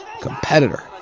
competitor